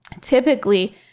typically